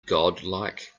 godlike